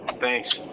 Thanks